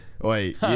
Wait